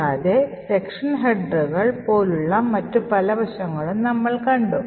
കൂടാതെ സെക്ഷൻ ഹെഡറുകൾ പോലുള്ള മറ്റ് പല വശങ്ങളും നമ്മൾ കണ്ടു